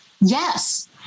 Yes